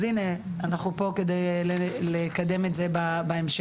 אז הנה אנחנו פה כדי לקדם את זה בהמשך.